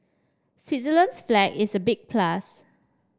Switzerland's flag is a big plus